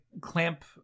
clamp